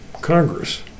Congress